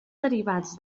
derivats